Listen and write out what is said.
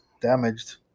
damaged